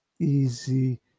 easy